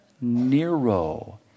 Nero